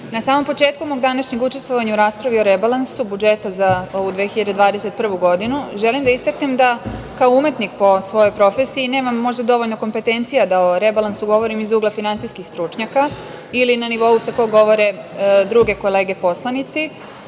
na samom početku mog današnjeg učestvovanja u raspravi o rebalansu budžeta za ovu 2021. godinu želim da istaknem da kao umetnik po svojoj profesiji nemam možda dovoljno kompetencija da o rebalansu govorim iz ugla finansijskih stručnjaka ili na nivou sa kog govore druge kolege poslanici